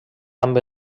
amb